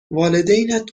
والدینت